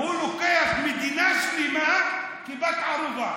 הוא לוקח מדינה שלמה כבת ערובה,